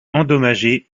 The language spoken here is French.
endommagé